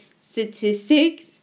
statistics